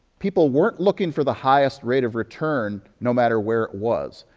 people weren't looking for the highest rate of return no matter where it was.